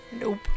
Nope